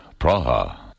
Praha